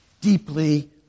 deeply